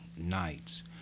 nights